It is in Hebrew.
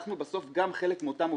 אנחנו בסוף חלק מאותם עובדים.